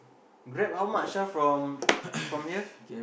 Grab how much ah from from here